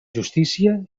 justícia